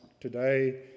today